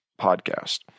Podcast